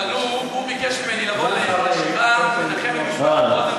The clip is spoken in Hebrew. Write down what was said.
אבל הוא ביקש ממני לבוא לשבעה לנחם את משפחת,